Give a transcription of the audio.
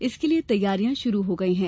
इसके लिए तैयारिया शुरू हो गई है